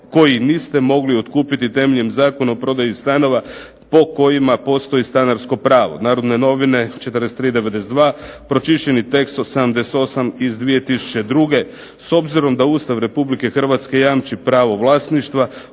koji niste mogli otkupiti temeljem Zakona o prodaji stanovi po kojima postoji stanarsko pravo Narodne novine 43/92. pročišćeni tekst 88/2002. S obzirom da Ustava Republike Hrvatske jamči pravo vlasništva,